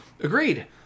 Agreed